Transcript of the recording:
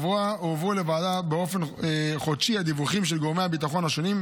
הועברו לוועדה באופן חודשי הדיווחים של גורמי הביטחון השונים.